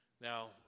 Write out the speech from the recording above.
Now